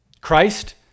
Christ